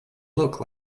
look